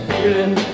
Feeling